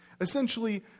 Essentially